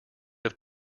have